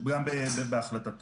גם בהחלטתו.